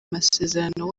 masezerano